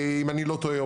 אם אני לא טועה,